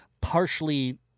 partially